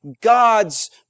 God's